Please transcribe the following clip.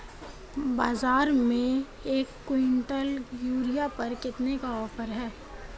बाज़ार में एक किवंटल यूरिया पर कितने का ऑफ़र है?